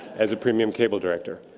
as a premium cable director.